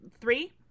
three